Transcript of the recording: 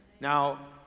Now